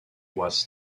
was